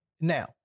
Now